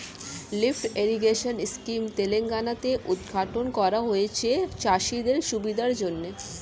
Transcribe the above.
lift irrigation scheme Telangana তে উদ্ঘাটন করা হয়েছে চাষিদের সুবিধার জন্যে